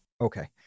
Okay